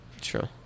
True